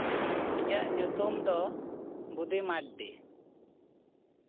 ᱤᱧᱟᱹᱜ ᱧᱩᱛᱩᱢ ᱫᱚ ᱵᱩᱫᱤ ᱢᱟᱨᱰᱤ